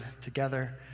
together